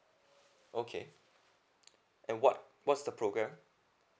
okay and what what's the program